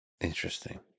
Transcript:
interesting